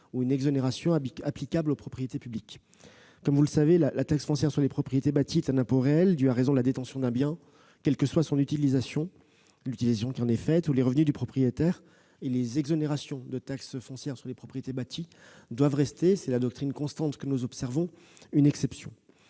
ou une exonération applicable aux propriétés publiques. Comme vous le savez, la taxe foncière sur les propriétés bâties est un impôt réel dû à raison de la détention d'un bien, quels que soient l'utilisation qui en est faite ou les revenus du propriétaire. Les exonérations de taxe foncière sur les propriétés bâties doivent rester une exception- c'est la doctrine constante que nous observons. Par ailleurs,